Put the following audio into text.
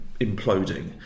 imploding